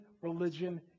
religion